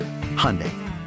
Hyundai